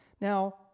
Now